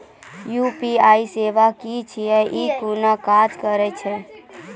UPI सेवा की छियै? ई कूना काज करै छै?